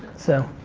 so.